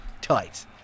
Tight